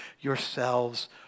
yourselves